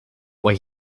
what